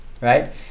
right